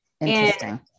Interesting